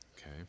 okay